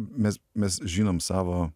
mes mes žinom savo